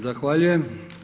Zahvaljujem.